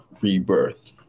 rebirth